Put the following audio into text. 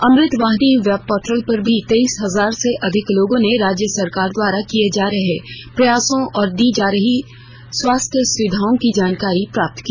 अमृत Vahini web portal पर भी तेईस हजार से अधिक लोगों ने राज्य सरकार द्वारा किए जा रहे प्रयासों और दी जा रही स्वास्थ्य सुविधाओं की जानकारियां प्राप्त की